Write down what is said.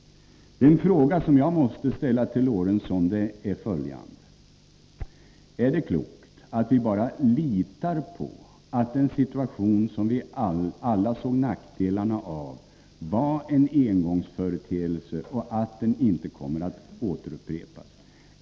Den fråga jag måste ställa till Lorentzon är följande: Är det klokt att vi bara litar på att den situation som vi alla såg nackdelarna av var en engångsföreteelse och att den inte kommer att återupprepas?